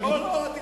כל עוד היא,